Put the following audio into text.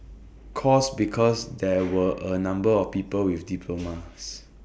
course because there were A number of people with diplomas